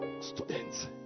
Students